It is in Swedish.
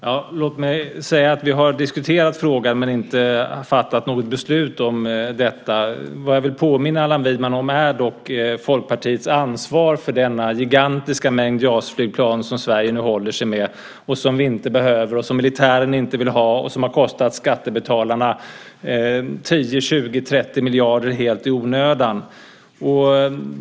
Herr talman! Låt mig säga att vi har diskuterat frågan men inte fattat något beslut om detta. Vad jag vill påminna Allan Widman om är dock Folkpartiets ansvar för denna gigantiska mängd JAS-flygplan som Sverige nu håller sig med, som vi inte behöver, som militären inte vill ha och som har kostat skattebetalarna 10, 20, 30 miljarder helt i onödan.